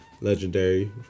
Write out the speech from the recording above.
Legendary